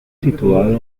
situado